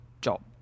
job